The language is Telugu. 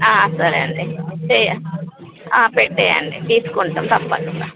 సరే అండి చేయం పెట్టేయండి తీస్కుంటాం తప్పకుండా